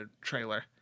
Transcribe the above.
trailer